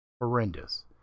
horrendous